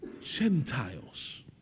Gentiles